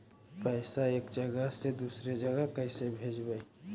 पैसा एक जगह से दुसरे जगह कैसे भेजवय?